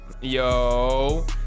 Yo